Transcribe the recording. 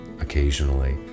occasionally